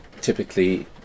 typically